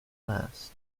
last